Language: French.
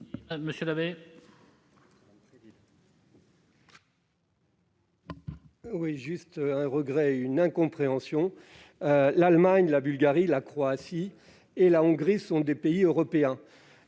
vote. J'ai un regret et une incompréhension : l'Allemagne, la Bulgarie, la Croatie et la Hongrie sont des pays européens